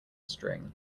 string